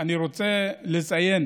אני רוצה לציין